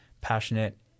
passionate